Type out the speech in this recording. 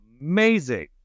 amazing